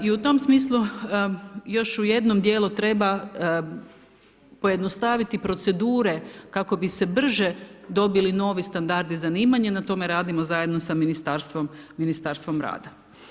I u tom smislu još ću jednom dijelu treba, pojednostavniti procedure, kako bi se brže dobili novi standardi zanimanja, na tome radimo zajedno sa Ministarstvom rada.